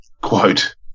quote